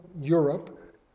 Europe